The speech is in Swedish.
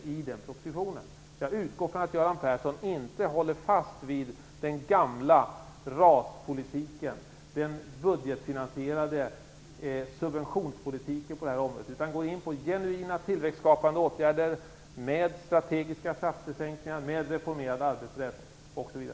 Jag utgår från att Göran Persson inte håller fast vid den gamla RAS-politiken och den budgetfinansierade subventionspolitiken på det här området, utan går in på med genuina tillväxtskapande åtgärder, med strategiska skattesänkningar, reformerad arbetsrätt osv.